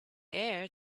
heir